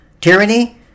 tyranny